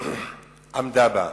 עמדה בה.